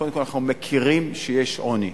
קודם כול אנחנו מכירים בכך שיש עוני.